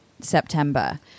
September